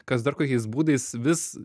kas dar kokiais būdais vis